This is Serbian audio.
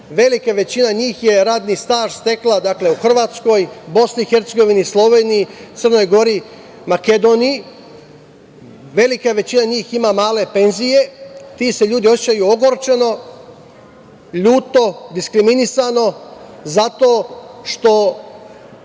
Velika većina njih je radni staž stekla u Hrvatskoj, BiH, Sloveniji, Crnoj Gori, Makedoniji, velika većina njih ima male penzije, ti se ljudi osećaju ogorčeno, ljuto, diskriminisano, zato što